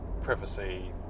privacy